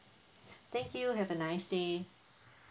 thank you have a nice day